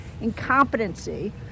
incompetency